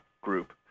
group